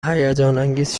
هیجانانگیز